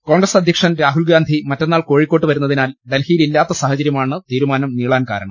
കോൺഗ്രസ് അധ്യക്ഷൻ രാഹുൽഗാന്ധി മറ്റന്നാൾ കോഴിക്കോട്ട് വരുന്നതിനാൽ ഡൽഹിയിൽ ഇല്ലാത്ത സാഹചര്യമാണ് തീരു മാനം നീളാൻ കാരണം